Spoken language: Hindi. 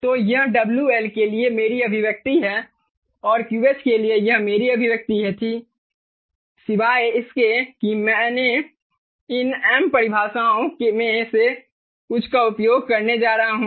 तो यह WL के लिए मेरी अभिव्यक्ति है और QH के लिए यह मेरी अभिव्यक्ति थी सिवाय इसके कि मैं इन m परिभाषाओं में से कुछ का उपयोग करने जा रहा हूं